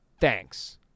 Thanks